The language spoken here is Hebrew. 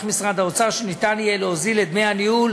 משרד האוצר מעריך שיהיה אפשר להוזיל את דמי הניהול